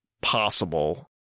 possible